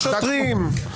נשכו שוטרים.